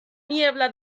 niebla